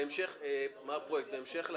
בהמשך להערה,